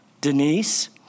Denise